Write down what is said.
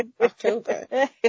October